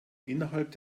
innerhalb